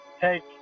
take